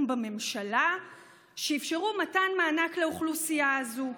בממשלה שאפשרו מתן מענק לאוכלוסייה הזו.